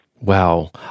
Wow